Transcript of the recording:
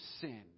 sin